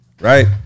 right